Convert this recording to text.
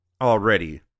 already